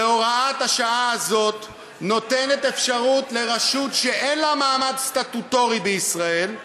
הוראת השעה הזאת נותנת לרשות שאין לה מעמד סטטוטורי בישראל,